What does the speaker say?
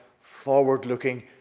forward-looking